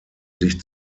sich